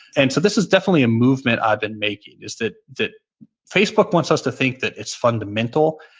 and so this is definitely a movement i've been making is that that facebook wants us to think that it's fundamental.